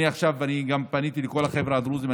אני גם פניתי לכל החבר'ה הדרוזים,